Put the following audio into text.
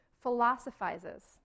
philosophizes